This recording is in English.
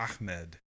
Ahmed